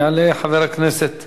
יעלה חבר הכנסת